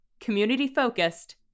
community-focused